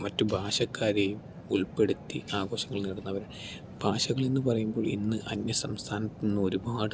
മറ്റു ഭാഷക്കാരെയും ഉൾപ്പെടുത്തി ആഘോഷങ്ങൾ നേടുന്നവർ ഭാഷകളെന്നു പറയുമ്പോൾ ഇന്ന് അന്യ സംസഥാനത്ത് നിന്ന് ഒരുപാട്